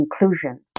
inclusion